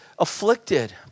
afflicted